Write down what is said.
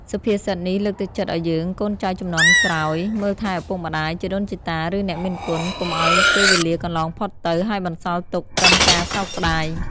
សុភាសិតនេះលើកទឹកចិត្តឲ្យយើងកូនចៅជំនាន់ក្រោយមើលថែឪពុកម្តាយ ជីដូនជីតា ឬអ្នកមានគុណ កុំឲ្យពេលវេលាកន្លងផុតទៅ ហើយបន្សល់ទុកត្រឹមការសោកស្តាយ។